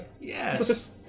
Yes